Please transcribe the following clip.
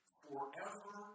forever